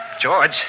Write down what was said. George